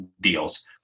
deals